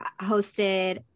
hosted